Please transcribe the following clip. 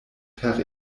per